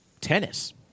tennis